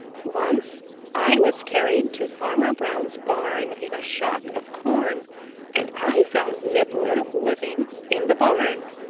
once i was carried to farmer brown's barn in a shock of corn and i found nibbler living in the barn.